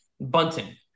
bunting